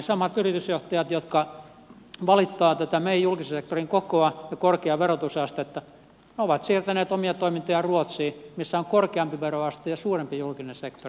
samat yritysjohtajat jotka valittavat tätä meidän julkisen sektorin kokoa ja korkeaa verotusastetta ovat siirtäneet omia toimintojaan ruotsiin missä on korkeampi veroaste ja suurempi julkinen sektori